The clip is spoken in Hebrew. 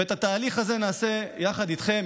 ואת התהליך הזה נעשה יחד איתכם,